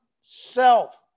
self